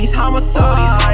homicides